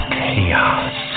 chaos